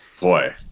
Boy